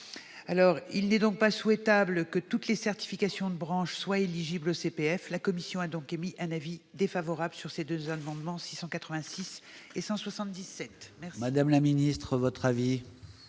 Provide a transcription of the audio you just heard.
suivies. Il n'est donc pas souhaitable que toutes les certifications de branche soient éligibles au CPF. La commission a donc émis un avis défavorable sur ces deux amendements. Quel est l'avis